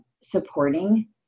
supporting